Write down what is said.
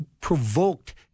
provoked